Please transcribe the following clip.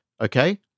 okay